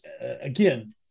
again